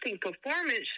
performance